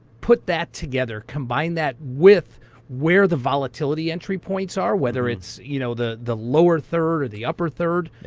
put that together, combine that with where the volatility entry points are, whether it's you know the the lower third, or the upper third,